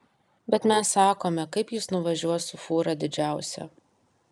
bet mes sakome kaip jis nuvažiuos su fūra didžiausia